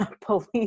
police